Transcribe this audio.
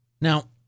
Now